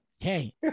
Hey